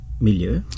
milieu